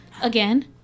Again